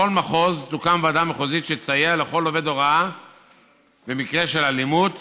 בכל מחוז תוקם ועדה מחוזית שתסייע לכל עובד הוראה במקרה של אלימות